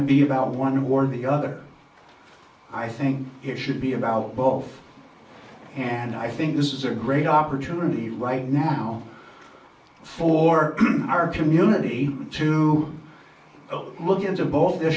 of be about one way or the other i think it should be about both and i think this is a great opportunity right now for our community to look into both